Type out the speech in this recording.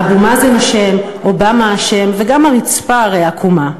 אבו מאזן אשם, אובמה אשם, וגם הרצפה הרי עקומה.